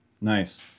Nice